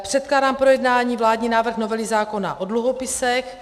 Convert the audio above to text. Předkládám k projednání vládní návrh novely zákona o dluhopisech.